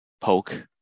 poke